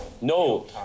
No